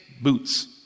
boots